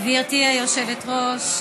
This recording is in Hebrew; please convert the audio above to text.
גברתי היושבת-ראש,